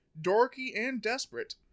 dorkyanddesperate